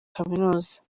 kaminuza